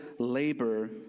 labor